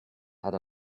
had